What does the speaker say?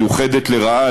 מיוחדת לרעה,